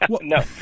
no